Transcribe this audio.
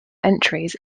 entries